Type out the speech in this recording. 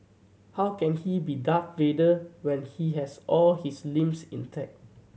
how can he be Darth Vader when he has all his limbs intact